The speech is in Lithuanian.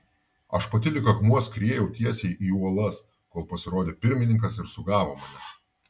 aš pati lyg akmuo skriejau tiesiai į uolas kol pasirodė pirmininkas ir sugavo mane